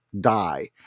die